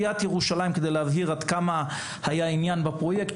כדי להבהיר עד כמה היה עניין בפרויקט,